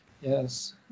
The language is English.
Yes